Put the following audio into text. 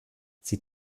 sie